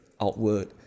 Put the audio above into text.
outward